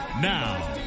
Now